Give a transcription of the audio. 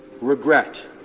regret